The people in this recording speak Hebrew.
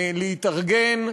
להתארגן,